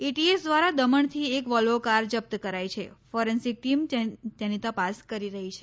ATS દ્વારા દમણથી એક વોલ્વો કાર જપ્ત કરાઈ છે ફોરેન્સિક ટીમ તેની તપાસ કરી રહી છે